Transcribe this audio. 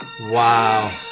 Wow